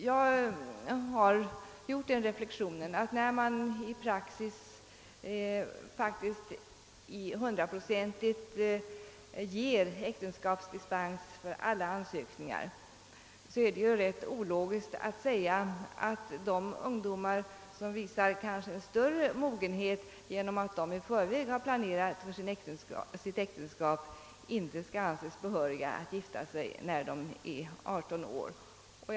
Jag har gjort den reflexionen, att när man i praktiken faktiskt hundraprocentigt ger äktenskapsdispens åt alla ansökningar, är det ologiskt att säga att de ungdomar som kanske visar ett större mått av mogenhet genom att i förväg ha planerat för sitt äktenskap, inte skall anses behöriga att gifta sig när de har uppnått 18 års ålder.